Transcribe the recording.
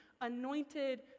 anointed